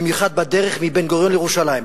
במיוחד בדרך מבן-גוריון לירושלים,